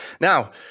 Now